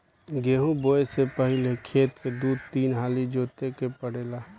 गेंहू बोऐ से पहिले खेत के दू तीन हाली जोते के पड़ेला